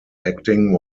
acting